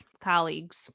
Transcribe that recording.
colleagues